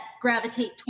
gravitate